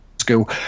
school